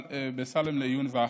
בסאלם לעיון והחלטה.